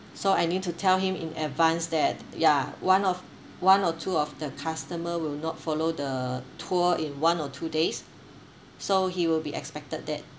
so I need to tell him in advance that ya one of one or two of the customer will not follow the tour in one or two days so he will be expected that